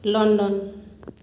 London